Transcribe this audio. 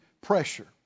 pressure